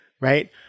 right